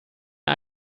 ein